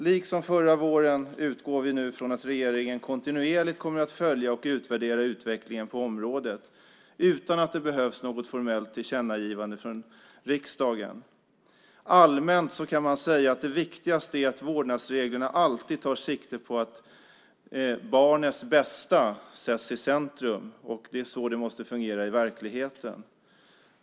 Liksom förra våren utgår vi nu från att regeringen kontinuerligt kommer att följa och utvärdera utvecklingen på området utan att det behövs något formellt tillkännagivande från riksdagen. Allmänt kan man säga att det viktigaste är att vårdnadsreglerna alltid tar sikte på att barnets bästa sätts i centrum, och det är så det måste fungera i verkligheten.